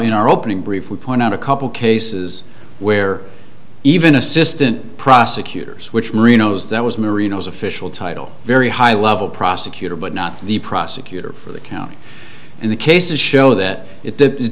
in our opening brief we point out a couple cases where even assistant prosecutors which merinos that was marina's official title very high level prosecutor but not the prosecutor for the county in the case a show that it